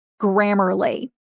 Grammarly